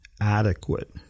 adequate